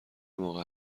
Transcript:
موقع